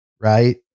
Right